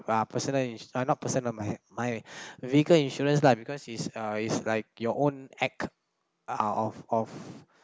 uh personal ins~ uh not personal my my vehicle insurance lah because is uh is like your own act uh of of